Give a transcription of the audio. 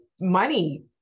money